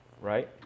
Right